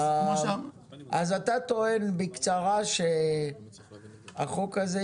אתה טוען בקצרה שהחוק הזה,